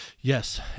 Yes